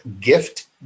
gift